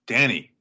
Danny